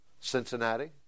Cincinnati